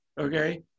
okay